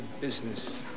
business